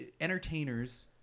entertainers